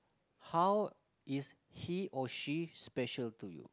how is he or she special to you